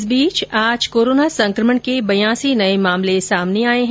इस बीच आज कोरोना संक्रमण के बयासी नये मामले सामने आये हैं